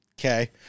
Okay